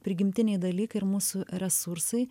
prigimtiniai dalykai ir mūsų resursai